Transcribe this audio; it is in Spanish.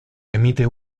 emite